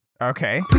Okay